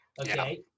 okay